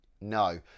No